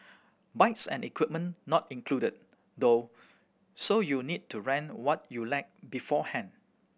bikes and equipment not included though so you'll need to rent what you lack beforehand